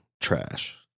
trash